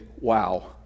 wow